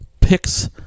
picks